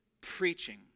preaching